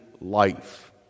life